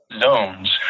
zones